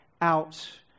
out